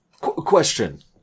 question